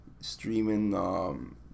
streaming